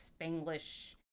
Spanglish